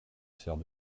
sert